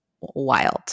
wild